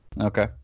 okay